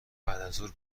بعدازظهر